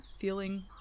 feeling